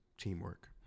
teamwork